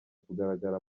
kugaragara